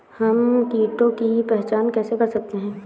हम कीटों की पहचान कैसे कर सकते हैं?